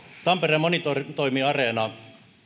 tampereen monitoimiareena